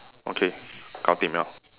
okay gao dim liao